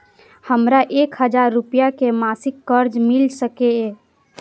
हमरा एक हजार रुपया के मासिक कर्जा मिल सकैये?